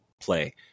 play